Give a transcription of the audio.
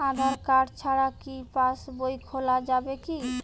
আধার card ছাড়া কি পাসবই খোলা যাবে কি?